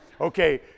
Okay